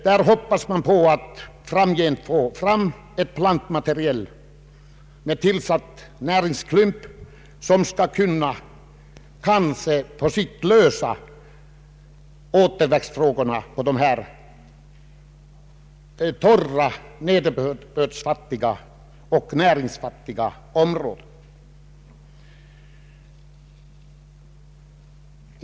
Där hoppas man få fram ett plantmaterial med tillsatt näringsklump som kanske kan lösa återväxtfrågorna på dessa nederbördsfattiga och näringsfattiga områden.